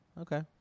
Okay